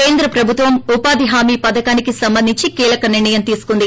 కేంద్రప్రభుత్వం ఉపాధి హామీ పథకానికి సంబంధించి కీలక నిర్ణయం తీసుకుంది